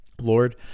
Lord